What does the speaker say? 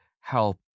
help